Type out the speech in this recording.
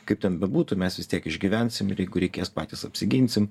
kaip ten bebūtų mes vis tiek išgyvensim ir jeigu reikės patys apsiginsim